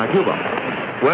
Cuba